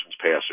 passing